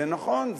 זה נכון,